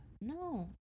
No